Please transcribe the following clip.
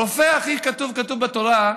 כתוב בתורה: